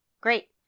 great